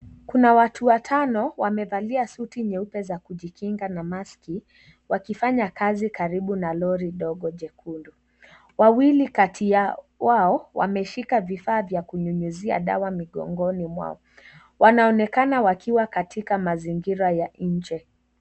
Kuna watu watano wamevalia suti nyeupe za kujikinga na maski wakifanya kazi karibu na lori dogo jekundu. Wawili kati ya- wao wameshika vifaa vya kunyunyuzia dawa migongoni mwao. Wanaonekana wakiwa katika mazingira ya nje.